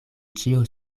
ĉio